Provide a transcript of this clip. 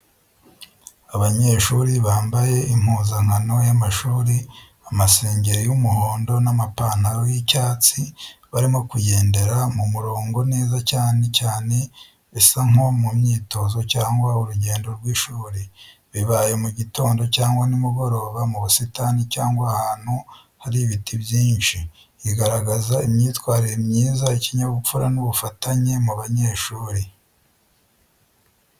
Abanyeshuri bambaye impuzankano y’amashuri amasengeri y’umuhondo n’amapantalo y’icyatsi, barimo kugendera mu murongo neza cyane, bisa nko mu myitozo cyangwa urugendo rw’ishuri. Bibaye mu gitondo cyangwa nimugoroba, mu busitani cyangwa ahantu hari ibiti byinshi. Igaragaza imyitwarire myiza, ikinyabupfura, n’ubufatanye mu banyeshuri.